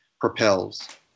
propels